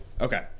Okay